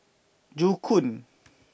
Joo Koon